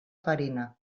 farina